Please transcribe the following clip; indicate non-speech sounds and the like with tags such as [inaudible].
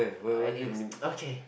I need to [noise] okay